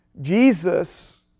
Jesus